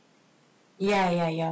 ya ya ya